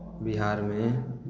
बिहारमे